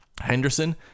Henderson